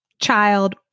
child